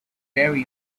very